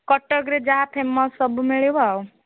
କଟକରେ ଯାହା ଫେମସ ସବୁ ମିଳିବ ଆଉ